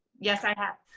yes, i have.